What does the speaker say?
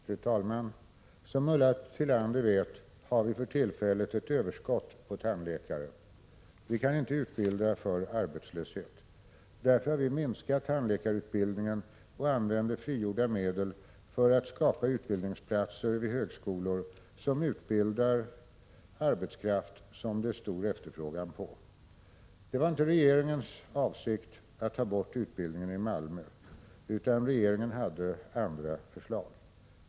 Fru talman! Som Ulla Tillander vet har vi för tillfället ett överskott på tandläkare. Vi kan inte utbilda för arbetslöshet. Därför har vi minskat tandläkarutbildningen och använder frigjorda medel till att skapa utbildningsplatser vid högskolor som utbildar arbetskraft som det är stor efterfrågan på. Det var inte regeringens avsikt att ta bort utbildningen i Malmö, utan 101 regeringen hade andra förslag.